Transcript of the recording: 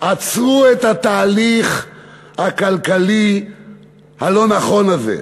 עצרו את התהליך הכלכלי הלא-נכון הזה,